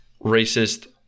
racist